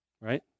right